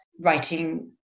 writing